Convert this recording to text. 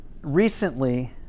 Recently